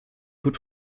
gut